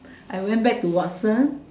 I went back to Watsons